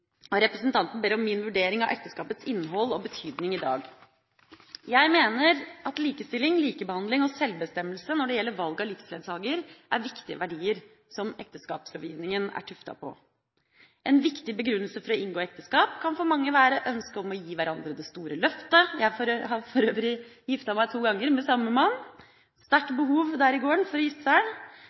og representanten ber om min vurdering av ekteskapets innhold og betydning i dag. Jeg mener at likestilling, likebehandling og sjølbestemmelse når det gjelder valg av livsledsager er viktige verdier som ekteskapslovgivningen er tuftet på. En viktig begrunnelse for å inngå ekteskap kan for mange være et ønske om å gi hverandre det store løftet. Jeg har for øvrig giftet meg to ganger med samme mann – det var sterkt behov der i gården for å gifte seg.